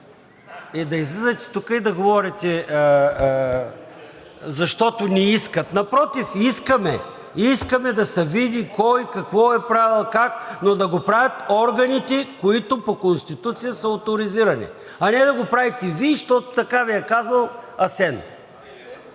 Да излизате тук и да говорите: защото не искат. Напротив, искаме – искаме да се види кой какво е правил и как, но да го правят органите, които по Конституция са оторизирани, а не да го правите Вие, защото така Ви е казал Асен.